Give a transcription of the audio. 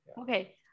Okay